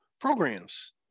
programs